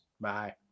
Bye